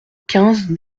quinze